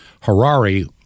Harari